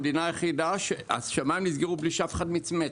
המדינה היחידה שהשמיים נסגרו בלי שאף אחד מצמץ.